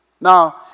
Now